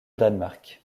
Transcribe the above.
danemark